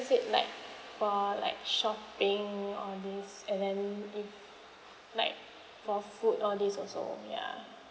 it like for like shopping all that and then mm like for food all this also ya